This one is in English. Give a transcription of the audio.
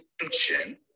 attention